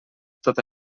tota